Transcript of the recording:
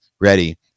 ready